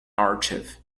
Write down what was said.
archive